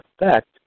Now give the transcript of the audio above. effect